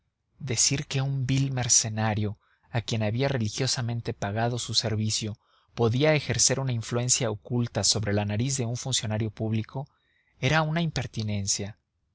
decir que un vil mercenario a quien había religiosamente pagado su servicio podía ejercer una influencia oculta sobre la nariz de un funcionario público era una impertinencia